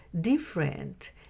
different